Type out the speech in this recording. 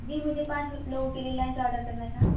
جی مجھے پانچ لوگوں کے لیے لنچ آڈر کرنا تھا